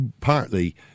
Partly